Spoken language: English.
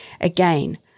again